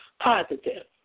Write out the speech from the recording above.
positive